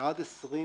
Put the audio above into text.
שעד 20